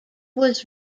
was